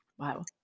Wow